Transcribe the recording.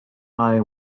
eye